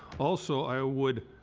also i would